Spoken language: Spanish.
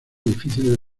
difíciles